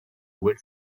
wall